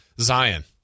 Zion